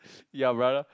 ya brother